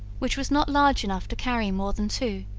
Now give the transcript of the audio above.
which was not large enough to carry more than two.